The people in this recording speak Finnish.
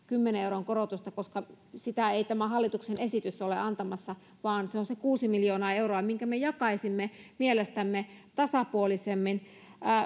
kymmenen euron korotusta koska sitä ei tämä hallituksen esitys ole antamassa vaan se on se kuusi miljoonaa euroa minkä me jakaisimme mielestämme tasapuolisemmin